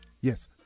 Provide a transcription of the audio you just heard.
Yes